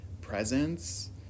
presence